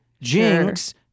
Jinx